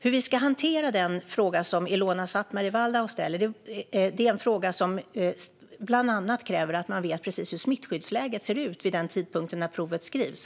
Hur vi ska hantera den fråga som Ilona Szatmari Waldau ställer beror bland annat på hur smittskyddsläget ser ut vid den tidpunkt när provet skrivs.